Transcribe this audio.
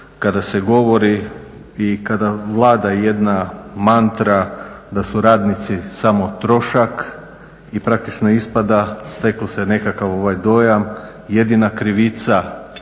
kada se govori i kada vlada jedna mantra da su radnici samo trošak i praktično ispada, stekao se nekakav dojam, jedina krivica